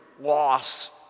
loss